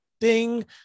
ding